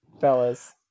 fellas